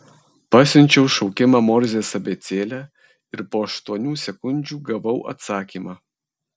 pasiunčiau šaukimą morzės abėcėle ir po aštuonių sekundžių gavau atsakymą